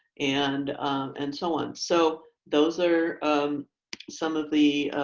and and so on. so those are um some of the